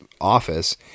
office